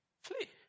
Flee